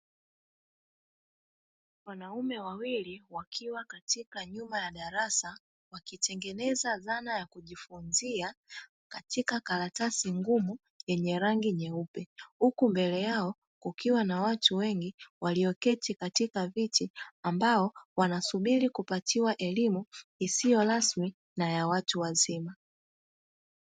Wanaume wawili wakiwa katika nyuma ya darasa wakijitengeneza dhana ya kujifunzia katika karatasi ngumu yenye rangi nyeupe huku mbele yao kukiwa na watu wengi walioketi katika viti ambao wanasubiri kupatiwa elimu isiyo rasmi na ya watu wazima.